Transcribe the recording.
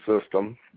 system